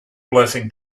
blessing